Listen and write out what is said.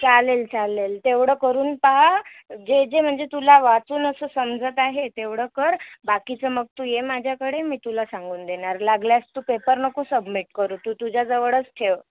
चालेल चालेल तेवढं करून पहा जे जे म्हणजे तुला वाचून असे समजत आहे तेवढं कर बाकीचं मग तू ये माझ्याकडे मी तुला सांगून देणार लागल्यास तू पेपर नको सबमिट करू तू तुझ्याजवळच ठेव